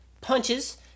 punches